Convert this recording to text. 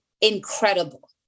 incredible